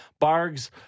Bargs